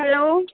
hello